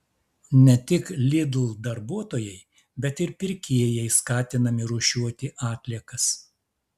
ne tik lidl darbuotojai bet ir pirkėjai skatinami rūšiuoti atliekas